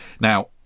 now